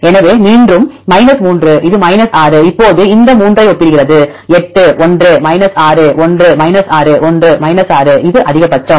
எனவே மீண்டும் 3 இது 6 இப்போது இந்த 3 ஐ ஒப்பிடுகிறது 8 ஒன்று 6 ஒன்று 6 ஒன்று 6 இது அதிகபட்சம்